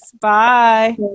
bye